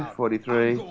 forty-three